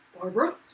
Barbara